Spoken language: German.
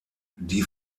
die